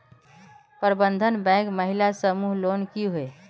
प्रबंधन बैंक महिला समूह लोन की होय?